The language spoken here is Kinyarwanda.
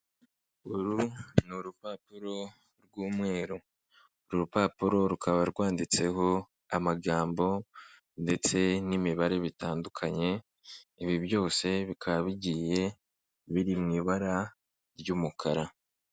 Uru ni urupapuro rw'umweru, uru rupapuro rukaba rwanditseho amagambo ndetse n'imibare bitandukanye, ibi byose bikaba bigiye biri mu ibara ry'umukara.